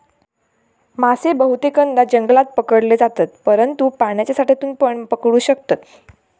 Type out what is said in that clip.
मासे बहुतेकदां जंगलात पकडले जातत, परंतु पाण्याच्या साठ्यातूनपण पकडू शकतत